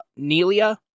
Nelia